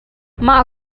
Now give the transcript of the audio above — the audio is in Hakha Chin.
mah